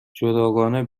جداگانه